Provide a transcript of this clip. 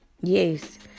Yes